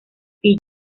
fiyi